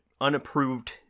unapproved